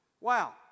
Wow